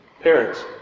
Parents